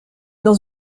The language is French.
dans